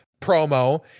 promo